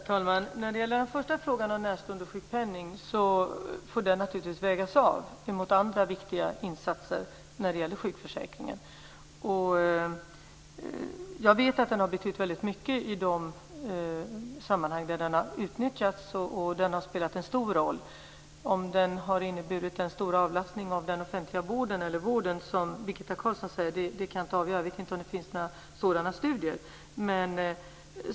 Herr talman! När det gäller den första frågan om närståendesjukpenning vill jag säga att det får ske en avvägning gentemot andra viktiga insatser när det gäller sjukförsäkringen. Jag vet att den har betytt väldigt mycket i de sammanhang där den har utnyttjats, och den har spelat en stor roll. Om den har inneburit en stor avlastning av den offentliga vården, som Birgitta Carlsson säger, kan jag inte avgöra. Jag vet inte om det finns några sådana studier.